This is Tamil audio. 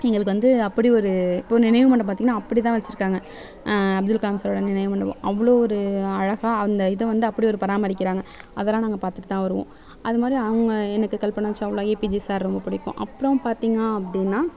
எங்களுக்கு வந்து அப்படி ஒரு இப்போ நினைவு மண்டபம் பார்த்திங்கனா அப்படிதான் வச்சுருக்காங்க அப்துல் கலாம் சாரோட நினைவு மண்டபம் இவ்வளோ ஒரு அழகாக அந்த இதை வந்து அப்படி ஒரு பராமரிக்கிறாங்க அதெலாம் நாங்கள் பார்த்துட்டுதான் வருவோம் அது மாதிரி அவங்க எனக்கு கல்பனா சாவ்லா ஏபிஜெ சார் ரொம்ப பிடிக்கும் அப்புறம் பார்த்திங்க அப்படினா